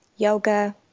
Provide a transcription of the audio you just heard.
yoga